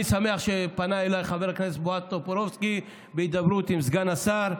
אני שמח שפנה אליי חבר הכנסת בועז טופורובסקי בהידברות עם סגן השר.